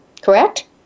correct